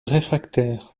réfractaires